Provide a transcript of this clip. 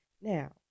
Now